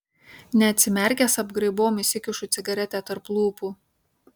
neatsimerkęs apgraibom įsikišu cigaretę tarp lūpų